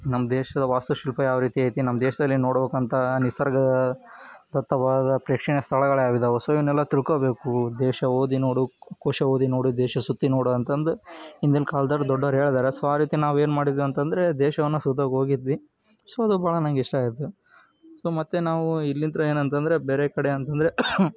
ನಮ್ಮ ದೇಶದ ವಾಸ್ತುಶಿಲ್ಪ ಯಾವ ರೀತಿ ಐತೆ ನಮ್ಮ ದೇಶದಲ್ಲಿ ನೋಡಬೇಕಂತ ನಿಸರ್ಗ ದತ್ತವಾದ ಪ್ರೇಕ್ಷಣೀಯ ಸ್ಥಳಗಳು ಯಾವ್ದಿದ್ದಾವೆ ಅವನ್ನೆಲ್ಲ ತಿಳ್ಕೊಳ್ಬೇಕು ದೇಶ ಓದಿ ನೋಡು ಕೋಶ ಓದಿ ನೋಡು ದೇಶ ಸುತ್ತಿ ನೋಡು ಅಂತಂದು ಹಿಂದಿನ ಕಾಲ್ದಲ್ಲಿ ದೊಡ್ಡೋರು ಹೇಳಿದ್ದಾರೆ ಸೊ ಆ ರೀತಿ ನಾವೇನು ಮಾಡಿದ್ವಿ ಅಂತ ಅಂದ್ರೆ ದೇಶವನ್ನು ಸುತ್ತೋಕ್ಕೋಗಿದ್ವಿ ಸೊ ಅದು ಭಾಳ ನನಗಿಷ್ಟ ಆಯಿತು ಸೊ ಮತ್ತು ನಾವು ಇಲ್ಲಿಂದೇನಂತಂದ್ರೆ ಬೇರೆ ಕಡೆ ಅಂತ ಅಂದ್ರೆ